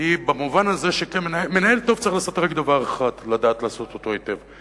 היא במובן הזה שמנהל טוב צריך לדעת רק דבר אחד לעשות היטב,